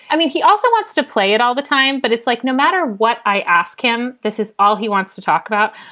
i mean, he also wants to play it all the time. but it's like no matter what. i ask him, this is all he wants to talk about.